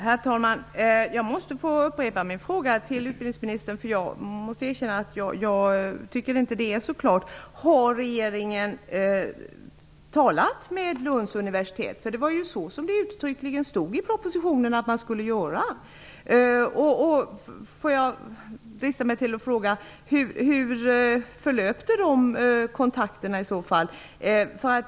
Herr talman! Jag måste få upprepa min fråga till utbildningsministern, för jag måste erkänna att jag inte tycker att det är så klart. Har regeringen talat med Lunds universitet? Så stod det ju uttryckligen i propositionen att man skulle göra. Hur förlöpte i så fall de kontakterna?